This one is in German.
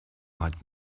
hat